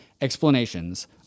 explanations